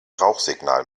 rauchsignal